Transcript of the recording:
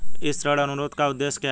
इस ऋण अनुरोध का उद्देश्य क्या है?